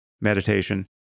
meditation